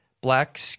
Black